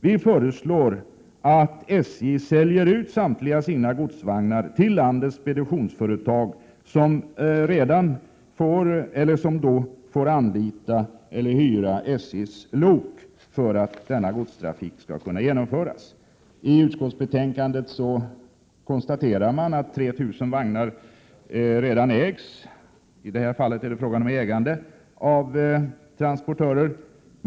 Vi föreslår att SJ säljer ut samtliga sina godsvagnar till landets speditionsföretag, som sedan får anlita eller hyra SJ:s lok för att I utskottsbetänkandet konstateras att 3 000 vagnar redan ägs av transportörer.